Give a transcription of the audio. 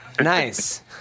Nice